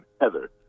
Heather